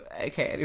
okay